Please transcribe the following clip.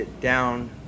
down